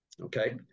Okay